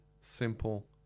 simple